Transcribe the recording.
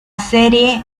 serie